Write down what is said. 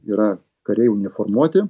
yra kariai uniformuoti